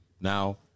now